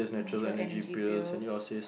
neutral Energy Pills